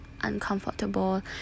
uncomfortable